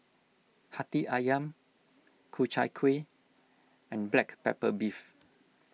Hati Ayam Ku Chai Kueh and Black Pepper Beef